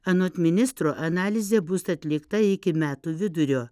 anot ministro analizė bus atlikta iki metų vidurio